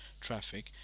traffic